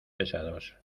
pesados